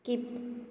skip